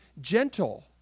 gentle